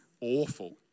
awful